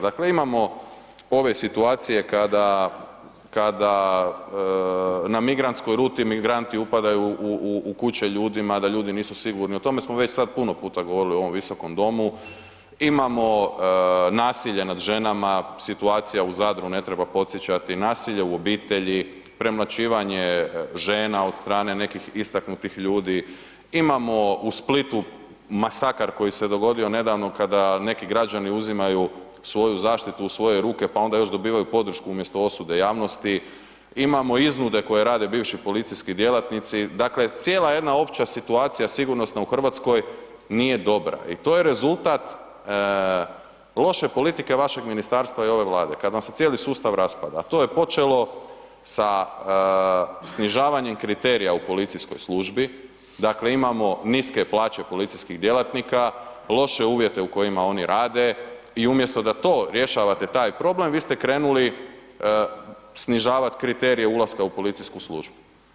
Dakle imamo ove situacije kada na migrantskoj ruti migranti upadaju u kuće ljudima, da ljudi nisu sigurni, o tome smo već sad puno puta govorili u ovom Visokom domu, imamo nasilje nad ženama, situacija u Zadru, ne treba podsjećati, nasilje u obitelji, premlaćivanje žena od strane nekih istaknutih ljudi, imamo u Splitu masakr koji se dogodio nedavno kada neki građani uzimaju svoju zaštitu u svoje ruke pa onda još dobivaju podršku umjesto osude javnosti, imamo iznude koje rade bivši policijski djelatnosti, dakle cijela jedna opća situacija sigurnosna u Hrvatskoj nije dobra i to je rezultat loše politike vašem ministarstva i ove Vlade, kad vam se cijeli sustav raspada a to je počelo sa snižavanjem kriterija u policijskoj službi, dakle imamo niske plaće policijskih djelatnika, loše uvjete u kojima oni rade i umjesto da to rješavate taj problem, vi ste krenuli snižavat kriterije ulaska u policijsku službu.